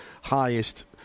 highest